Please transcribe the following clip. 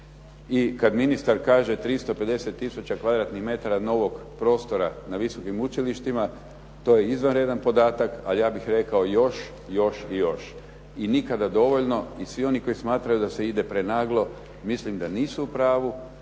i kad ministar kaže 350 tisuća kvadratnih metara novog prostora na visokim učilištima to je izvanredan podatak, ali ja bih rekao još, još i još i nikada dovoljno. I svi oni koji smatraju da se ide prenaglo mislim da nisu u pravu,